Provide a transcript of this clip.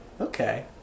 Okay